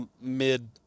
mid